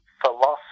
philosophy